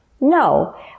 No